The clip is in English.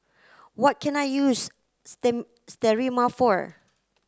what can I use Sterimar for